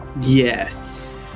yes